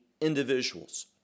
individuals